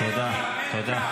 תודה, חבר הכנסת כהן.